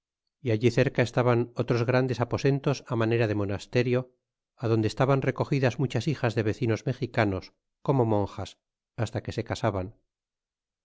é allí cerca estaban otros grandes aposentos manera de monasterio adonde estaban recogidas muchas bijas de vecinos mexicanos como monjas hasta que se casaban